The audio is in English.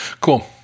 Cool